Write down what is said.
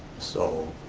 so